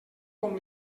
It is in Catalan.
com